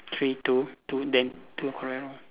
three two two then two correct lor